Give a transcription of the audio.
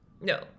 No